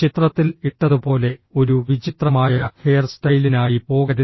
ചിത്രത്തിൽ ഇട്ടതുപോലെ ഒരു വിചിത്രമായ ഹെയർസ്റ്റൈലിനായി പോകരുത്